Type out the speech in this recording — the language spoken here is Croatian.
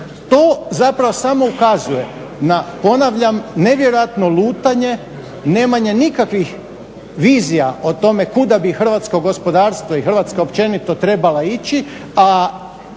To zapravo samo ukazuje na ponavljam nevjerojatno lutanje, neimanje nikakvih vizija o tome kuda bi hrvatsko gospodarstvo i Hrvatska općenito trebala ići, a